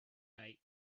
night